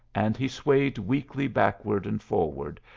and he swayed weakly backward and forward,